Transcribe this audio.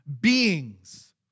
beings